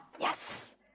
Yes